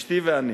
אשתי ואני